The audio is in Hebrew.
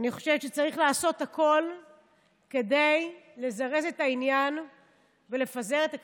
אני חושבת שצריך לעשות הכול כדי לזרז את העניין ולפזר את הכנסת.